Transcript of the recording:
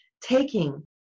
taking